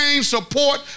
support